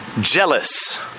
jealous